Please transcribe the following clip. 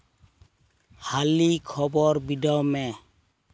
ᱦᱟᱹᱞᱤ ᱠᱷᱚᱵᱚᱨ ᱵᱤᱰᱟᱹᱣ ᱢᱮ